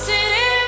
City